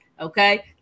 Okay